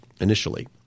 initially